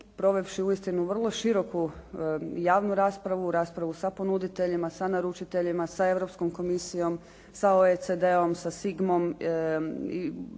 provevši uistinu vrlo široku javnu raspravu, raspravu sa ponuditeljima, sa naručiteljima, sa Europskom komisijom, sa OECD-om, sa SIGMA-om,